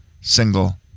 single